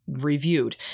reviewed